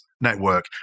network